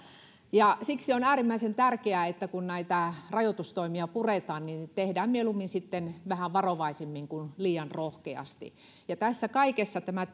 siksi on äärimmäisen tärkeää että kun näitä rajoitustoimia puretaan niin tehdään mieluummin sitten vähän varovaisemmin kuin liian rohkeasti tässä kaikessa tämä